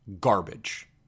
garbage